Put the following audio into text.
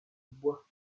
bois